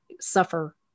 suffer